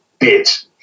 Bitch